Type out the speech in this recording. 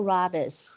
Robbers